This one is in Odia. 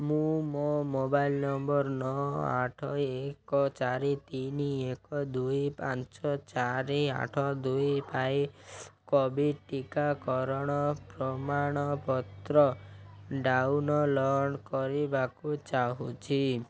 ମୁଁ ମୋ ମୋବାଇଲ୍ ନମ୍ବର୍ ନଅ ଆଠ ଏକ ଚାରି ତିନି ଏକ ଦୁଇ ପାଞ୍ଚ ଚାରି ଆଠ ଦୁଇ ପାଇଁ କୋଭିଡ଼୍ ଟିକାକରଣ ପ୍ରମାଣପତ୍ର ଡାଉନଲୋଡ଼୍ କରିବାକୁ ଚାହୁଁଛି